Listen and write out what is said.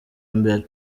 mbere